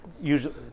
usually